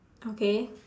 okay